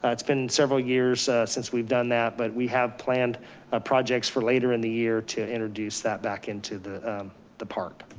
it's been several years since we've done that, but we have planned ah projects for later in the year to introduce that back into the the park.